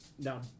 no